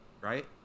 Right